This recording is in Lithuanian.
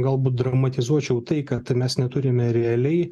galbūt dramatizuočiau tai kad mes neturime realiai